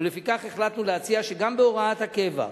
ולפיכך החלטנו להציע שגם בהוראת הקבע,